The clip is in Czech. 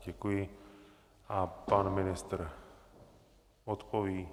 Děkuji a pan ministr odpoví.